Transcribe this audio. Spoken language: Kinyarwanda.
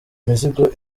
imizigo